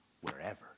wherever